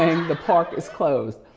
and the park is closed.